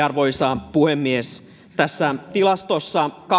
arvoisa puhemies tässä tilastossa